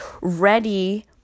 ready